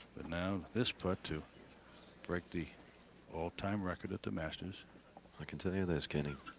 but now this put to break the all-time record at the masters i can tell you this kenny